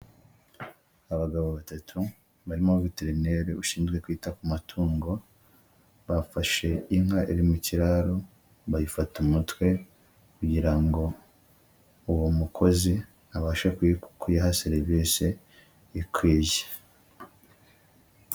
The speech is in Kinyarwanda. Abagabo batatu barimo viterineri ushinzwe kwita ku matungo, bafashe inka iri mu kiraro, bayifata umutwe, kugira ngo uwo mukozi abashe kuyiha serivisi ikwiye.